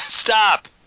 stop